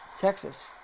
Texas